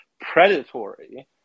predatory